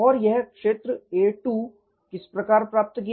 और यह क्षेत्र A2 किस प्रकार प्राप्त किया